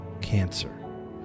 cancer